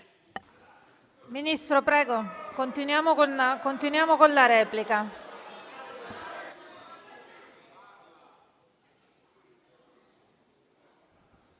Ministro, prego, continuiamo con la replica.